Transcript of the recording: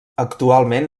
actualment